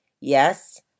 Yes